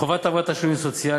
חובת העברת תשלומים סוציאליים,